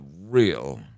real